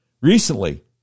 recently